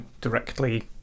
directly